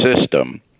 system